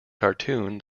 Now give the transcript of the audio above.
cartoon